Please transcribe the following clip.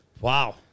Wow